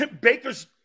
Baker's